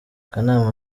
akanama